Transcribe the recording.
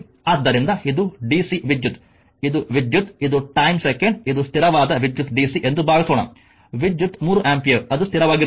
ಆದ್ದರಿಂದ ಇದು ಡಿಸಿ ವಿದ್ಯುತ್ ಇದು ವಿದ್ಯುತ್ ಇದು ಟೈಮ್ ಸೆಕೆಂಡ್ ಇದು ಸ್ಥಿರವಾದ ವಿದ್ಯುತ್ ಡಿಸಿ ಎಂದು ಭಾವಿಸೋಣ ವಿದ್ಯುತ್ 3 ಆಂಪಿಯರ್ ಅದು ಸ್ಥಿರವಾಗಿರುತ್ತದೆ